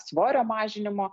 svorio mažinimo